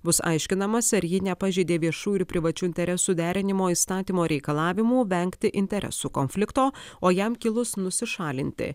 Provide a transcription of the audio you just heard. bus aiškinamasi ar ji nepažeidė viešųjų ir privačių interesų derinimo įstatymo reikalavimų vengti interesų konflikto o jam kilus nusišalinti